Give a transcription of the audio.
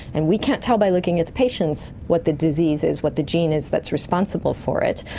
and we can't tell by looking at the patients what the disease is, what the gene is that's responsible for it,